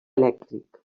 elèctric